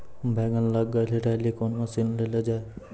बैंगन लग गई रैली कौन मसीन ले लो जाए?